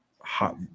hot